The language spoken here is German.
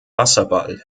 wasserball